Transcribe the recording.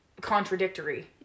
contradictory